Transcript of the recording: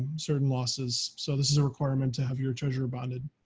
certain losses. so this is a requirement to have your treasurer bonded.